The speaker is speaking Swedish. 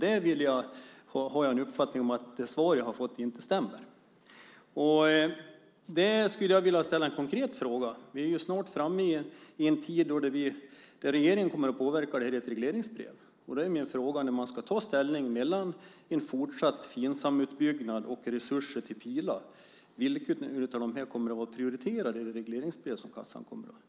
Där har jag uppfattningen att det svar jag har fått inte stämmer. Jag skulle vilja ställa en konkret fråga. Vi är snart framme i en tid där regeringen kommer att påverka detta med ett regleringsbrev. Man ska ta ställning mellan en fortsatt Finsamutbyggnad och resurser till Pila. Vilket kommer att vara prioriterat i det regleringsbrev som kassan kommer att få?